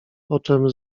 poczem